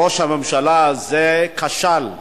ראש הממשלה הזה כשל.